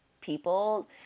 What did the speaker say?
people